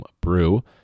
brew